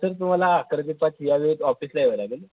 sir तुम्हाला अकरा ते पाच या वेळेत ऑफिसला यावे लागेल